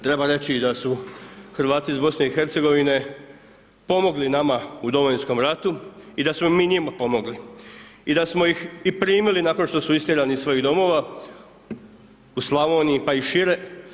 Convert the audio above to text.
Treba reći i da su Hrvati iz Bosne i Hercegovine pomogli nama u Domovinskom ratu i da smo mi njima pomogli i da smo ih i primili nakon što su istjerani iz svojih domova u Slavoniji pa i šire.